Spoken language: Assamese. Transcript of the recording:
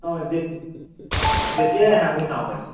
অঁ যে যেতিয়াই আহে আপুনি চাব পাৰিব